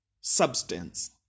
substance